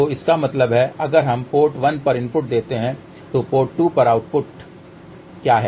तो इसका मतलब है अगर हम पोर्ट 1 पर इनपुट देते हैं तो पोर्ट 2 पर आउटपुट क्या है